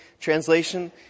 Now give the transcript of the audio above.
Translation